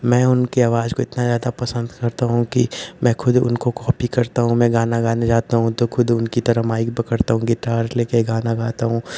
मैं उनकी आवाज को इतना ज़्यादा पसंद करता हूँ कि मैं खुद उनको कॉपी करता हूँ मैं गाना गाने जाता हूँ तो ख़ुद उनकी तरह माइक पकड़ता हूँ गिटार ले कर गाना गाता हूँ